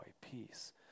peace